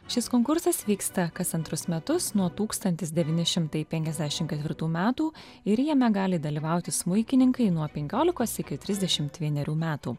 šis konkursas vyksta kas antrus metus nuo tūkstantis devyni šimtai penkiasdešimt ketvirtų metų ir jame gali dalyvauti smuikininkai nuo penkiolikos iki trisdešimt vienerių metų